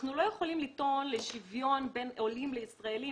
אנחנו לא יכולים לטעון לשוויון בין עולים לישראלים